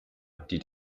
die